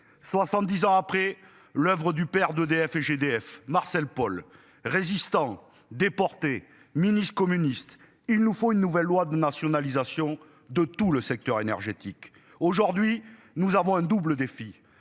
70 ans après l'Havre du père d'EDF et GDF Marcel Paul, résistant déporté ministe communiste. Il nous faut une nouvelle loi de nationalisation de tout le secteur énergétique. Aujourd'hui nous avons un double défi